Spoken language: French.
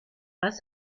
pas